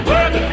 Work